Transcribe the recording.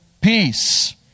peace